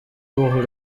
pour